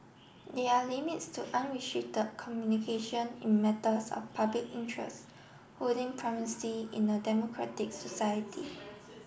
there are limits to unrestricted communication in matters of public interest holding primacy in a democratic society